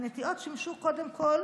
הנטיעות שימשו קודם כול